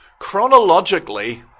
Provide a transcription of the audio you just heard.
Chronologically